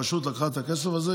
הרשות לקחה את הכסף הזה,